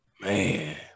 Man